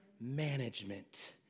management